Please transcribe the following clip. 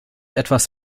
etwas